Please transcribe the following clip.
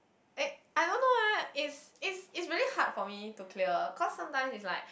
eh I don't know eh it's it's it's really hard for me to clear cause sometime it's like